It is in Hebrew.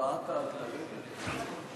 הטבעת "אלטלנה".